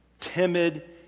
timid